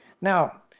Now